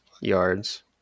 yards